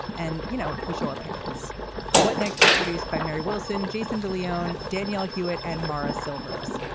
and you know we show our parents what next is produced by mary wilson jason de leone daniel hewett and maurice silvers.